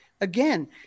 again